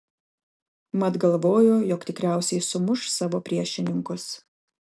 mat galvojo jog tikriausiai sumuš savo priešininkus